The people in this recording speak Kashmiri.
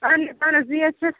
اَہن حظ اَہن حظ بٕے حظ چھَس